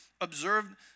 observed